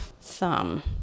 thumb